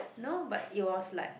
no but it was like